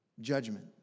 judgment